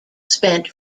spent